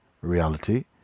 reality